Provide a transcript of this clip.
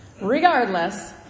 Regardless